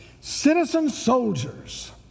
citizen-soldiers